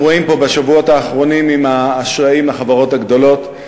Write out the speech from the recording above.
רואים פה בשבועות האחרונים עם האשראים לחברות הגדולות.